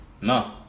No